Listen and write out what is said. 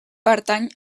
pertany